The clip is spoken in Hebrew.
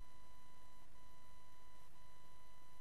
עכשיו עלי, כמו